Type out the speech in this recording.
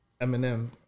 Eminem